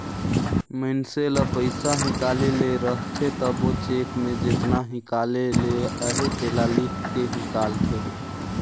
मइनसे ल पइसा हिंकाले ले रहथे तबो चेक में जेतना हिंकाले ले अहे तेला लिख के हिंकालथे